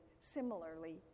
similarly